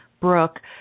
Brooke